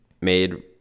made